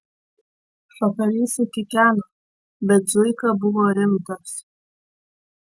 šakalys sukikeno bet zuika buvo rimtas